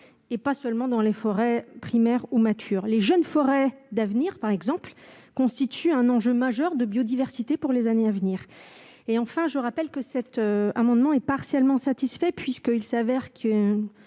et pas seulement dans les forêts primaires ou matures. Les jeunes forêts, par exemple, constituent un enjeu majeur de biodiversité pour les années à venir. Par ailleurs, cet amendement est partiellement satisfait, puisqu'il s'avère qu'une